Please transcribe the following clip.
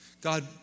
God